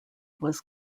was